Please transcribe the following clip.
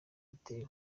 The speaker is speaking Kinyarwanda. batewe